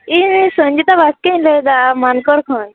ᱤᱧ ᱥᱚᱱᱡᱤᱛᱟ ᱵᱟᱥᱠᱮᱧ ᱞᱟᱹᱭᱮᱫᱟ ᱢᱟᱱᱠᱚᱲ ᱠᱷᱚᱱ